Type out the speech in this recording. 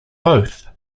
both